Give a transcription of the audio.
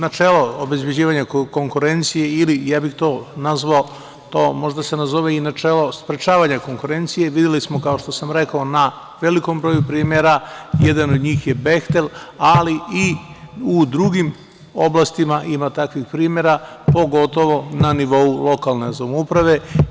Načelo obezbeđivanja konkurencije, ili to može da se nazove i načelo sprečavanja konkurencije, i videli smo, kao što sam rekao, na velikom broju primera, jedan od njih je „Behtel,“ ali i u drugim oblastima ima takvih primera pogotovo na nivou lokalne samouprave.